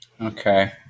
okay